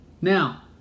Now